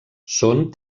són